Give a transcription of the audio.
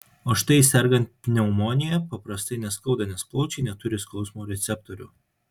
o štai sergant pneumonija paprastai neskauda nes plaučiai neturi skausmo receptorių